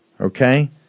Okay